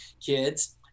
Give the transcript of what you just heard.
kids